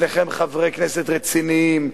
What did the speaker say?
שניכם חברי כנסת רציניים,